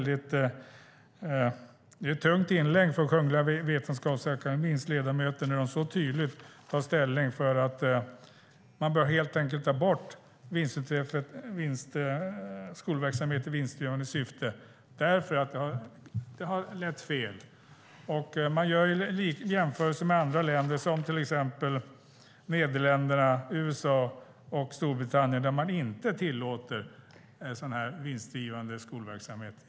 Det är ett tungt inlägg från Kungliga Vetenskapsakademiens ledamöter där de så tydligt tar ställning för att man helt enkelt bör ta bort skolverksamhet i vinstdrivande syfte därför att det har lett fel. De gör jämförelser med andra länder, till exempel Nederländerna, USA och Storbritannien där man inte tillåter vinstdrivande skolverksamhet.